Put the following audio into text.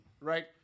Right